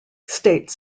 state